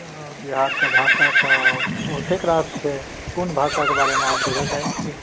हँ बिहारके भाषा तऽ बहुतेक रास छै कोन भाषाके बारेमे अहाँ बुझए चाहैत छी